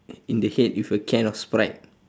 in the head with a can of sprite